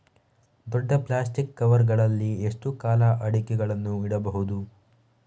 ದೊಡ್ಡ plastic cover ಗಳಲ್ಲಿ ಎಷ್ಟು ಕಾಲ ಅಡಿಕೆಗಳನ್ನು ಇಡಬಹುದು?